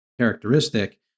characteristic